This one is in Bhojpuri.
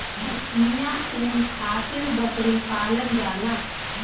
पश्मीना ऊन खातिर बकरी पालल जाला